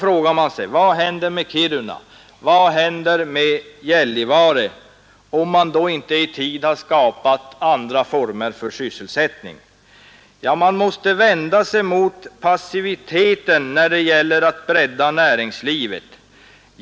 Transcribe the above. Vad händer då med Kiruna och med Gällivare, om man inte i tid har skapat andra former av sysselsättning? Man måste vända sig mot passiviteten när det gäller att bredda näringslivet.